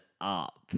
up